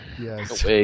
Yes